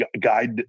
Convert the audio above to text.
guide